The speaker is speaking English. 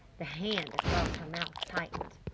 the hand across her mouth tightened.